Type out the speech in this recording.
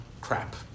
crap